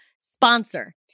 sponsor